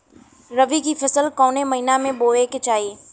रबी की फसल कौने महिना में बोवे के चाही?